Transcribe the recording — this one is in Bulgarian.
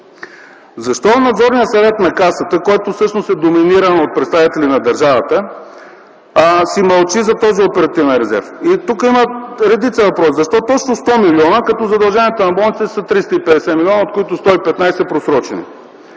Защо Надзорният съвет на Касата, който всъщност е доминиран от представители на държавата, си мълчи за този оперативен резерв? Тук има редица въпроси: защо точно 100 милиона, като задълженията на болниците са 350 милиона, от които 115 – просрочени?